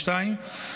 2022,